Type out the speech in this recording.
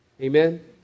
Amen